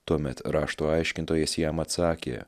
tuomet rašto aiškintojas jam atsakė